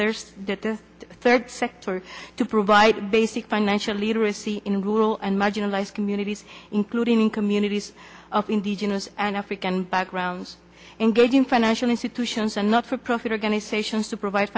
there's a third sector to provide basic financial literacy in rural and marginalized communities including communities of indigenous and african backgrounds and giving financial institutions are not for profit organizations to provide